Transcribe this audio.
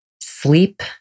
sleep